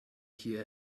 hier